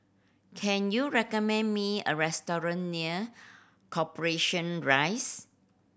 can you recommend me a restaurant near Corporation Rise